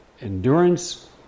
endurance